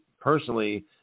personally